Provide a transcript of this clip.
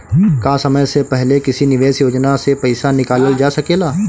का समय से पहले किसी निवेश योजना से र्पइसा निकालल जा सकेला?